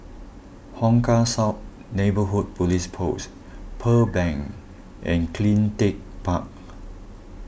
Hong Kah South Neighbourhood Police Post Pearl Bank and CleanTech Park